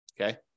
Okay